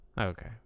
Okay